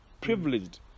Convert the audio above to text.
privileged